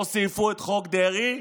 הוסיפו את חוק דרעי,